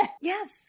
Yes